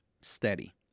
steady